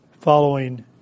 following